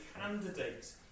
candidate